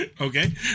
okay